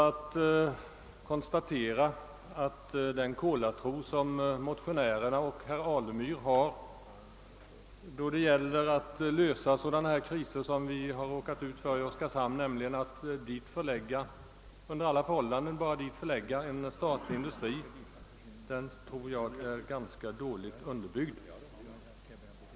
Jag konstaterar att motionärernas och herr Alemyrs kolartro på att kunna lösa kriser av det slag som man råkat ut för i Oskarshamn genom att under alla förhållanden till orten i fråga förlägga en statlig industri enligt min mening är ganska dåligt underbyggd.